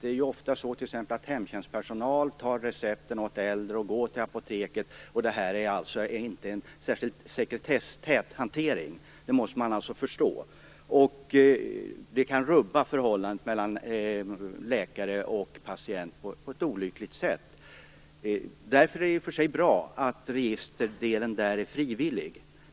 Det är ju ofta så att t.ex. hemtjänstpersonal går med recepten till apoteken åt de äldre. Att detta inte är en särskilt sekretesstät hantering måste man förstå. Det kan rubba förhållandet mellan läkare och patient på ett olyckligt sätt. Därför är det i och för sig bra att registerdelen är frivillig.